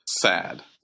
sad